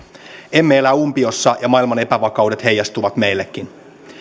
emme elä umpiossa ja maailman epävakaudet heijastuvat meillekin